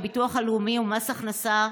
הביטוח הלאומי ומס הכנסה,